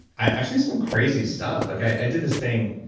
i've seen some crazy stuff like i did this thing,